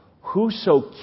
Whoso